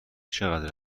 چقدر